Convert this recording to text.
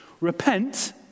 Repent